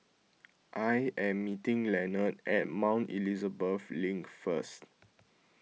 I am meeting Lenord at Mount Elizabeth Link first